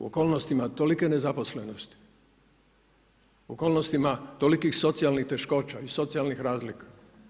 U okolnostima toliko nezaposlenosti, u okolnostima tolikih socijalnih teškoća i socijalnih razlika.